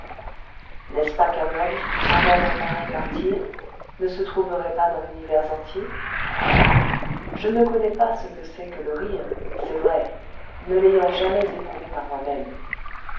n'est-ce pas qu'un homme amant d'un pareil martyre ne se trouverait pas dans l'univers entier je ne connais pas ce que c'est que le rire c'est vrai ne l'ayant jamais éprouvé par moi-même